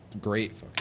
Great